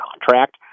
contract